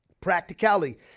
Practicality